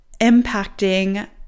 impacting